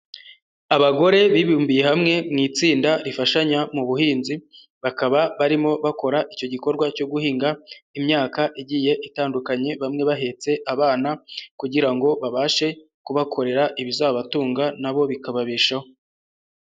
Abagore bibumbiye hamwe mu itsinda rifashanya mu buhinzi, bakaba barimo bakora icyo gikorwa cyo guhinga imyaka igiye itandukanye, bamwe bahetse abana kugira ngo babashe kubakorera ibizabatunga nabo bikababeshaho.